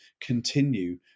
continue